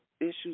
issues